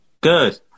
Good